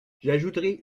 j’ajouterai